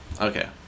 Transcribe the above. okay